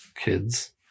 kids